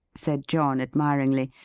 said john admiringly.